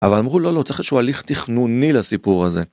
אבל אמרו לו לא, לא צריך איזשהו הליך תכנוני לסיפור הזה.